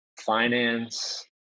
finance